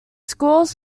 scores